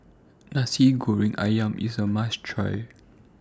Nasi Goreng Ayam IS A must Try